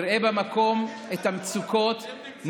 נראה במקום את המצוקות,